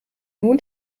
nun